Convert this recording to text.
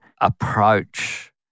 approach